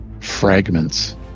fragments